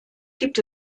gibt